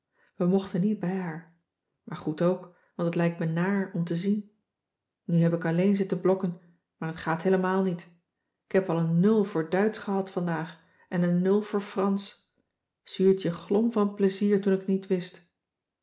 we mochten niet bij haar maar goed ook want t lijkt me naar om iemand die je nog niet kent voor t eerst in bed te zien nu heb ik alleen zitten blokken maar t gaat heelemaal niet ik heb al een nul voor duitsch gehad vandaag en een nul voor fransch zuurtje glom van plezier toen ik t niet wist